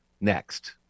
next